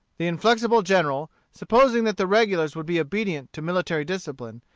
the inflexible general, supposing that the regulars would be obedient to military discipline,